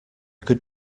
could